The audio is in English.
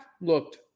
looked